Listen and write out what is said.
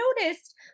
noticed